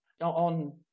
On